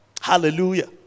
Hallelujah